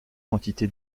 quantité